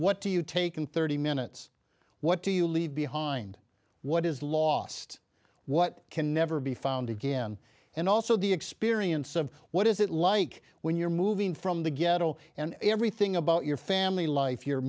what do you take in thirty minutes what do you leave behind what is lost what can never be found again and also the experience of what is it like when you're moving from the ghetto and everything about your family life your